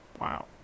Wow